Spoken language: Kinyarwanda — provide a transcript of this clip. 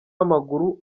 w’amaguru